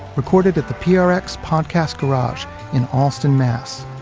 recorded at the prx podcast garage in allston, mass.